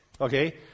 Okay